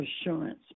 Assurance